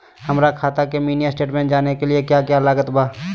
हमरा खाता के मिनी स्टेटमेंट जानने के क्या क्या लागत बा?